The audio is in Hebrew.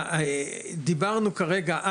דיברנו כרגע,